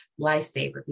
lifesaver